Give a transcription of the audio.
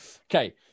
Okay